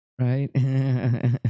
right